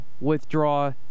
withdraw